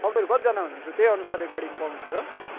तपाईँहरू कतिजना हुनुहुन्छ त्यहीअनुसारले गाडी पनि पाउनुहुन्छ